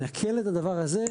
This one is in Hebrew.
נקל את הדבר הזה,